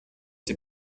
sie